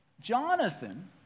Jonathan